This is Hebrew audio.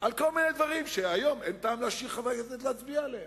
על כל מיני דברים שהיום אין טעם להשאיר חברי כנסת להצביע עליהם.